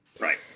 Right